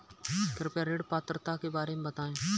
कृपया ऋण पात्रता के बारे में बताएँ?